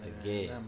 Again